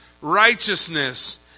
righteousness